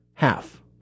Half